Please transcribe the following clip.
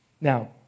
Now